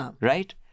Right